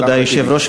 כבוד היושב-ראש,